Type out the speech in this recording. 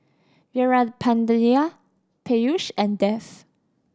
Veerapandiya Peyush and Dev